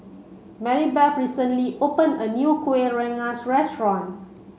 Marybeth recently open a new Kuih Rengas restaurant